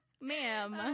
ma'am